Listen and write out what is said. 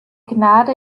gnade